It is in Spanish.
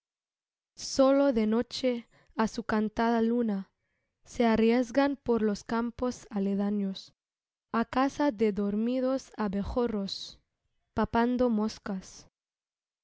sólo de noche á su cantada luna se arriesgan por los campos aledaños á caza de dormidos abejorros papando moscas